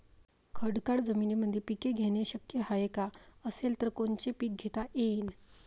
खडकाळ जमीनीमंदी पिके घेणे शक्य हाये का? असेल तर कोनचे पीक घेता येईन?